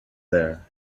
there